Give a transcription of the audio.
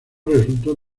resultó